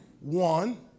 One